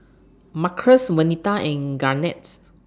Marcus Venita and Garnetts